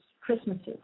Christmases